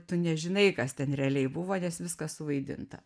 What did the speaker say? tu nežinai kas ten realiai buvo nes viskas suvaidinta